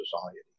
society